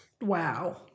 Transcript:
wow